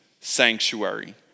sanctuary